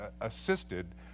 assisted